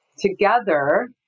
together